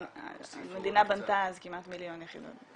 והמדינה בנתה אז כמעט מיליון יחידות.